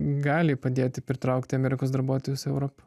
gali padėti pritraukti amerikos darbuotojus europą